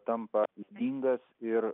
tampa ydingas ir